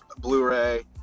Blu-ray